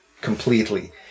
completely